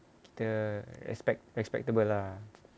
kita respect respectable lah